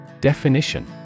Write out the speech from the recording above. Definition